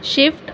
shift